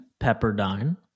Pepperdine